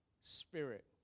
spirit